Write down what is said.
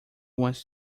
wants